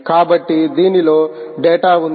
కాబట్టి దీనిలో డేటా ఉంది